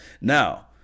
Now